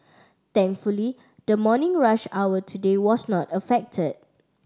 thankfully the morning rush hour today was not affected